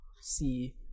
See